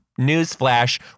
newsflash